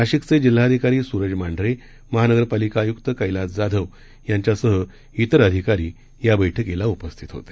नाशिकचे जिल्हाधिकारी सूरज मांढरे महानगरपालिका आयुक्त कैलास जाधव यांच्यासह तर अधिकारी या बैठकीला उपस्थित होते